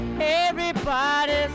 everybody's